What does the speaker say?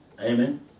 Amen